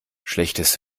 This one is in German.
schlechtes